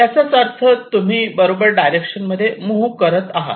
याचाच अर्थ तुम्ही बरोबर डायरेक्शन मध्ये मुव्ह करत आहात